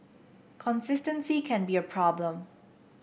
consistency can be a problem